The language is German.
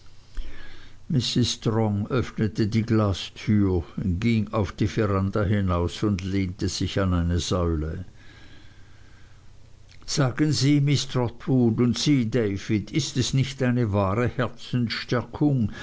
strong öffnete die glastür ging auf die veranda hinaus und lehnte sich an eine säule sagen sie miß trotwood und sie david ist es nicht eine wahre